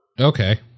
okay